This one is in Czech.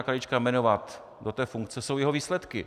Krajíčka jmenovat do té funkce, jsou jeho výsledky.